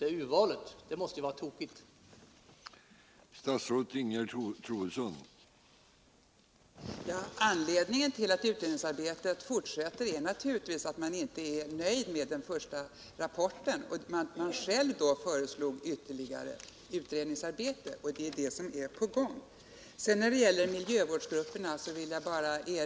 Det kan väl ändå inte vara ett riktigt urval.